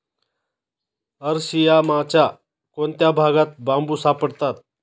अरशियामाच्या कोणत्या भागात बांबू सापडतात?